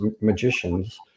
magicians